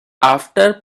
after